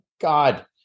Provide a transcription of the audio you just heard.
God